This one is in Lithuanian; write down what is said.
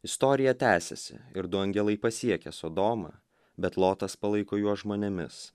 istorija tęsiasi ir du angelai pasiekia sodomą bet lotas palaiko juos žmonėmis